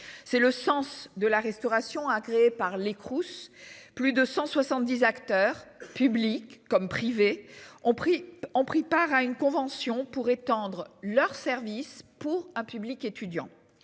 c'est le sens de la restauration agréé par les Crous, plus de 170 acteurs publics comme privés ont pris, ont pris part à une convention pour étendre leurs services pour un public étudiant.